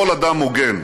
כל אדם הוגן,